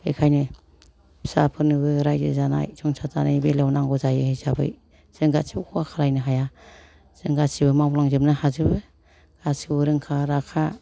बेखायनो फिसाफोरनोबो रायजो जानाय संसार जानाय बेलायाव नांगौ जायो हिसाबै जों गासिबो खहा खालायनो हाया जों गासिबो मावलांजोबनो हाजोबो गासिखौबो रोंखा राखा